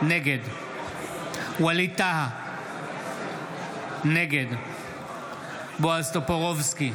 נגד ווליד טאהא, נגד בועז טופורובסקי,